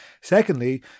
Secondly